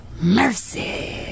Mercy